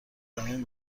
زمین